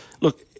look